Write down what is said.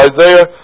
Isaiah